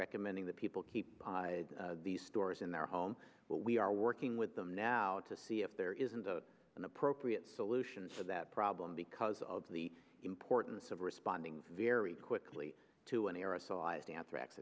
recommending that people keep these stores in their home but we are working with them now to see if there isn't a an appropriate solution for that problem because of the importance of responding very quickly to an aerosolized anthrax